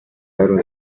eram